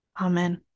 Amen